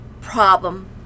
problem